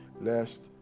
lest